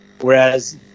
Whereas